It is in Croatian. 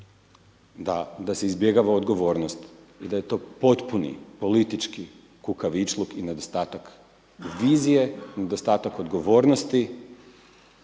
da se izbjegava odgovornost i da je to potpuni, politički kukavičluk i nedostatak vizije i nedostatak odgovornosti